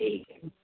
ਠੀਕ ਹੈ